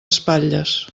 espatlles